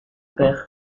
perds